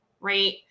right